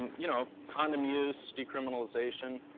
you know condom use, decriminalization.